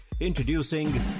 Introducing